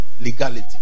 legality